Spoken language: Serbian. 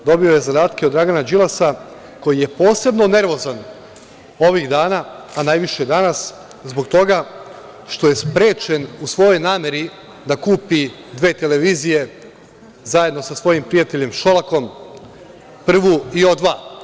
Dobio je zadatke od Dragana Đilasa, koji je posebno nervozan ovih dana, a najviše danas, zbog toga što je sprečen u svojoj nameri da kupi dve televizije, zajedno sa svojim prijateljom Šolakom, „Prvu“ i „O2“